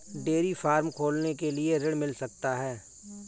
Dairy farm खोलने के लिए ऋण मिल सकता है?